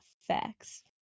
facts